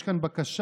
יש כאן בקשה,